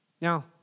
Now